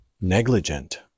negligent